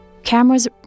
Cameras